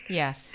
yes